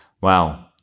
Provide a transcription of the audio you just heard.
Wow